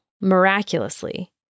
miraculously